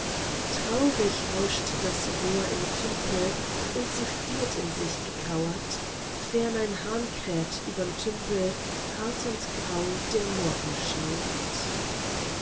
traurig rauscht das rohr im tümpel und sie friert in sich gekauert fern ein hahn kräht übern tümpel hart und grau der